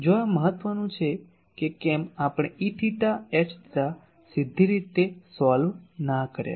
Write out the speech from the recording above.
હવે આ મહત્વનું છે કે કેમ આપણે Eθ Hϕ સીધી રીતે સોલ્વ ના કર્યા